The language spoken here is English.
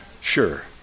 Sure